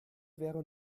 wäre